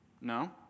no